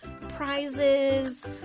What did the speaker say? prizes